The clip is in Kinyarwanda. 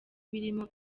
birimo